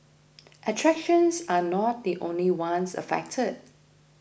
attractions are not the only ones affected